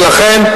ולכן,